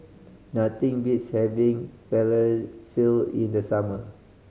nothing beats having Falafel in the summer